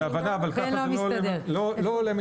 זאת ההבנה אבל לא כך עולה מהחוק.